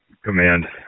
Command